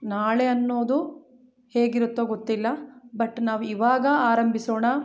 ನಾಳೆ ಅನ್ನೋದು ಹೇಗಿರುತ್ತೋ ಗೊತ್ತಿಲ್ಲ ಬಟ್ ನಾವು ಇವಾಗ ಆರಂಭಿಸೋಣ